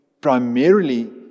primarily